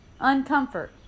uncomfort